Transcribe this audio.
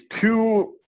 two